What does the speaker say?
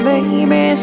Baby